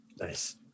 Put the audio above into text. Nice